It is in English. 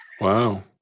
wow